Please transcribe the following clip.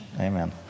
Amen